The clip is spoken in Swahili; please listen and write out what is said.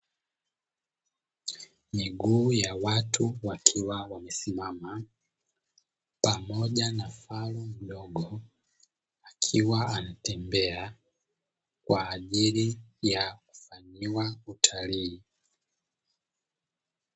Miguu ya watu wakiwa wamesimama pamoja na faru mdogo akiwa anatembea kwa ajili ya kufanyiwa utalii.